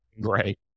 Great